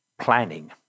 planning